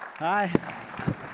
Hi